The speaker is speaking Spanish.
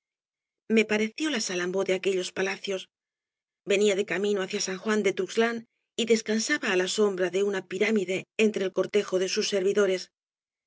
me pareció la salambó de aquellos palacios venía de camino hacia san juan de tuxtlan y descansaba á la sombra de una pirámide entre el cortejo de sus servidores